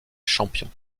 champion